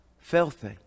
filthy